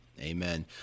Amen